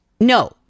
No